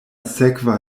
sekva